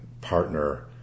partner